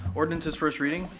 ordinance's first reading.